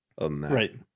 right